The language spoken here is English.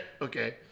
Okay